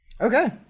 okay